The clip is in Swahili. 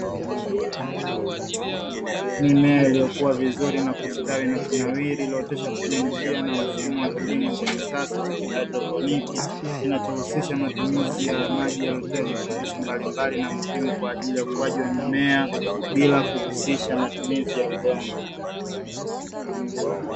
Mimea iliyokuwa vizuri na kustawi na kunawiri iliyotoshwa kutumia njia na mfumo wa kilimo cha kisasa cha kihaidroponi, kinachohusisha matumizi ya maji yaliyotiwa virutubisho mbalimbali na muhimu kwa ajili ya ukuaji wa mimea bila kuhusisha matumizi ya udongo.